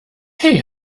hey